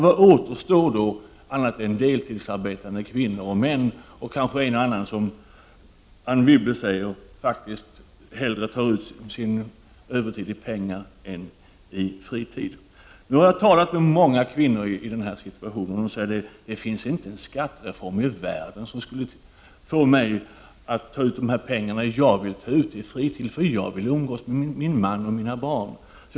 Vad återstår då annat än deltidsarbetande män och kvinnor, och kanske en och annan som, precis som Anne Wibble säger, hellre tar ut övertiden i pengar än i fritid? Jag har talat med många kvinnor i den här situationen. De säger att det inte finns en skattereform i världen som skulle få dem att ta ut övertid i pengar, utan de vill få kompensation i ledighet. De vill umgås mer med man och barn, säger de.